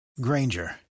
Granger